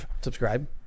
Subscribe